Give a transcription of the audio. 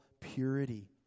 purity